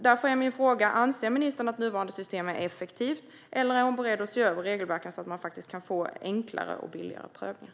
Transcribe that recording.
Därför är min fråga: Anser ministern att nuvarande system är effektivt, eller är hon beredd att se över regelverken så att man kan få enklare och billigare prövningar?